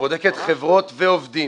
יהיה העירונית שבודקת חברות ועובדים.